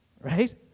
right